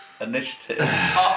initiative